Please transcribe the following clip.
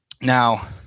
Now